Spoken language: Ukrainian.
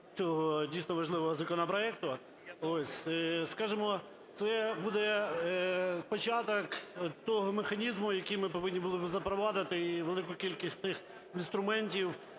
цього, дійсно, важливого законопроекту. Скажемо, це буде початок того механізму, який ми повинні були би запровадити, і велику кількість тих інструментів,